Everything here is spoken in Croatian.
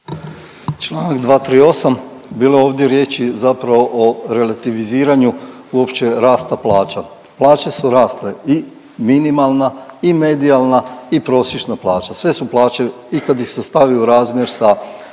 Čl. 238., bilo je ovdje riječi zapravo o relativiziranju uopće rasta plaća. Plaće su rasle i minimalna i medijalna i prosječna plaća, sve su plaće i kad ih se stavi u razmjer sa